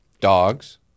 Dogs